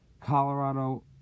Colorado